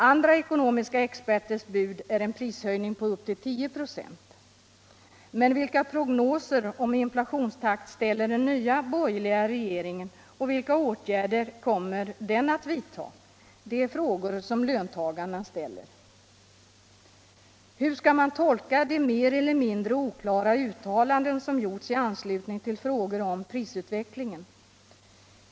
Andra ckonomiska experters bud är en prishöjning på upp till 10 2. Vilka prognoser om inflationstakt ställer den nya borgerliga regeringen, och vilka åtgärder kommer den att vidta? Det är frågor som löntagarna stiller. Hur skall man tolka de mer eller mindre oklara uttalanden som gjorts i anslutning till frågor om prisutvecklingen?